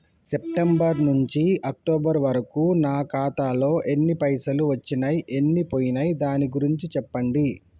September నుంచి October వరకు నా ఖాతాలో ఎన్ని పైసలు వచ్చినయ్ ఎన్ని పోయినయ్ దాని గురించి చెప్పండి?